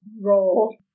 roll